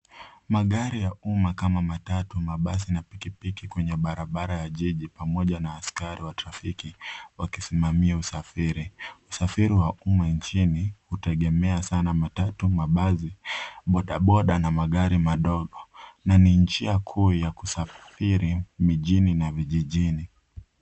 Magari ya umma kama matatu, mabasi, na pikipiki kwenye barabara ya jiji pamoja na askari wa trafiki wakisimamia usafiri. Usafiri wa umma nchini hutegemea sana matatu, mabasi, bodaboda, na magari madogo, na ni njia kuu ya kusafiri mijini na vijijini.